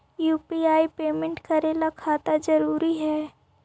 UPI payment करे ला खाता जरूरी है?